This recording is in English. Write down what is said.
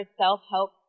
self-help